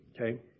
Okay